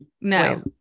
No